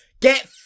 Get